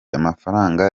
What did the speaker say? amafaranga